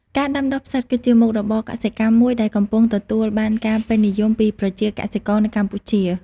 ការដាំដុះផ្សិត គឺជាមុខរបរកសិកម្មមួយដែលកំពុងទទួលបានការពេញនិយមពីប្រជាកសិករនៅកម្ពុជា។